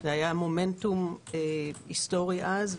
זה היה מומנטום היסטורי אז,